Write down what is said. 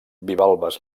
bivalves